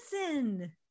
listen